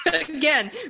Again